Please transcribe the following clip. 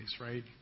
right